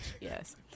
yes